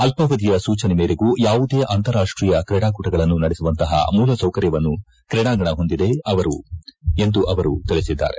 ಅಲ್ವಾವಧಿಯ ಸೂಚನೆ ಮೇಗೂ ಯಾವುದೇ ಅಂತಾರಾಷ್ಟೀಯ ಕ್ರೀಡಾಕೂಟಗಳನ್ನು ನಡೆಸುವಂತಪ ಮೂಲಸೌಕರ್ತವನ್ನು ಕ್ರೀಡಾಂಗಣ ಹೊಂದಿದೆ ಎಂದು ಅವರು ತಿಳಿಸಿದ್ದಾರೆ